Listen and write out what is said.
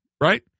right